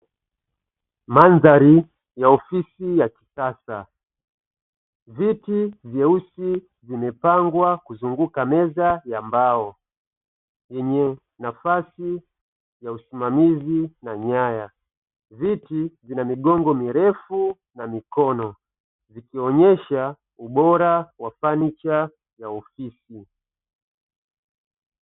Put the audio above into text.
Mandhari ya ofisi ya kisasa. Viti vyeusi vimepangwa kuzunguka meza ya mbao, yenye nafasi ya usimamizi na nyaya. Viti vina migongo mirefu na mikono ikionyesha ubora wa fanicha ya ofisi.